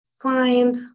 find